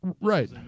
right